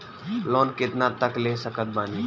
Loan कितना तक ले सकत बानी?